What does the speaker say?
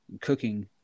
cooking